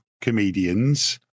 comedians